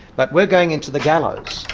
but we're going into the gallows,